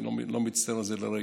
אני לא מצטער על זה לרגע.